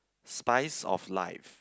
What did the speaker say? spice of life